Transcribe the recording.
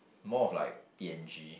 more of like P and G